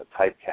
typecast